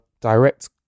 direct